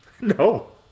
no